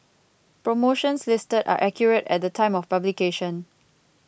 promotions listed are accurate at the time of publication